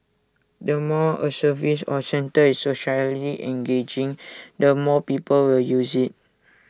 the more A service or centre is socially engaging the more people will use IT